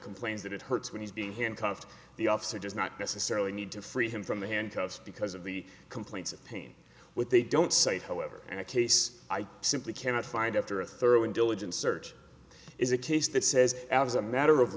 complains that it hurts when he's being handcuffed the officer does not necessarily need to free him from the handcuffs because of the complaints of pain what they don't say however and a case i simply cannot find after a thorough and diligent search is a case that says as a matter of